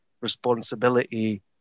responsibility